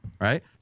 right